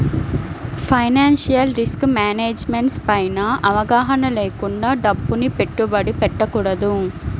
financial risk management పైన అవగాహన లేకుండా డబ్బుని పెట్టుబడి పెట్టకూడదు